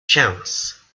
chance